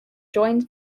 joined